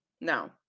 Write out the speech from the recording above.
No